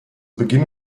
beginn